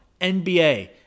NBA